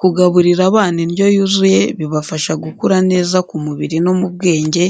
Kugaburira abana indyo yuzuye bibafasha gukura neza ku mubiri no mu bwenge,